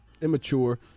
immature